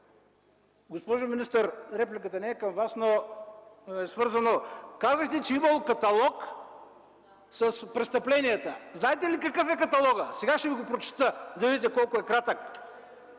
госпожо министър, репликата не е към Вас, но е свързано. Казахте, че имало каталог с престъпленията. Знаете ли какъв е каталогът?! Сега ще Ви го прочета, да видите колко е кратък: